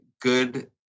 good